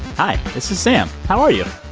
hi, this is sam. how are you?